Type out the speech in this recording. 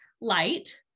light